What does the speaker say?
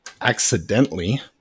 accidentally